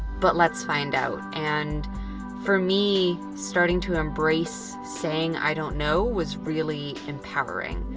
but let's find out. and for me, starting to embrace saying i don't know was really empowering.